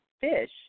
fish